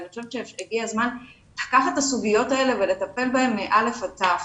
והגיע הזמן לקחת את הסוגיות האלה ולטפל בהם מאל"ף ועד ת"ו.